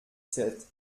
sept